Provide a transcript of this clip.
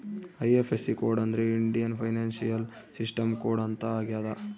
IFSC code ಅಂದ್ರೆ Indian financial system code ಅಂತ ಆಗ್ಯದ